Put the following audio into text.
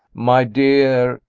my dear,